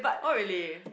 oh really